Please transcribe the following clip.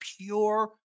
pure